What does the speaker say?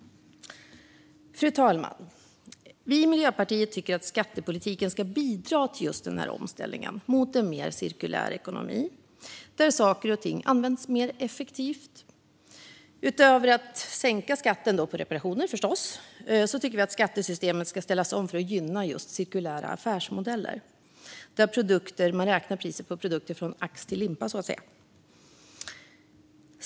Fru talman! Vi i Miljöpartiet tycker att skattepolitiken ska bidra till omställningen mot en mer cirkulär ekonomi där saker och ting används mer effektivt. Utöver att sänka skatten på reparationer, förstås, tycker vi att skattesystemet ska ställas om för att gynna cirkulära affärsmodeller där man räknar priset på produkter från ax till limpa, så att säga.